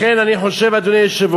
לכן אני חושב, אדוני היושב-ראש,